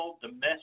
domestic